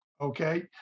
Okay